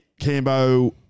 Cambo